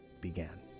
began